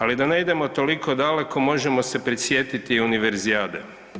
Ali da ne idemo toliko daleko možemo se prisjetiti Univerzijade.